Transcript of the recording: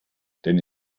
denn